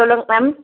சொல்லுங்க மேம்